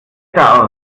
aus